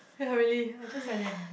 ya really I just like that